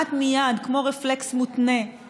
כי אם הוא מוכן לוותר על אותה הנחה שהוא מקבל מקופת החולים,